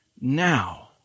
now